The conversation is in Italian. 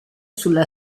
sulla